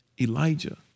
Elijah